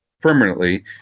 permanently